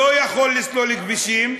לא יכול לסלול כבישים,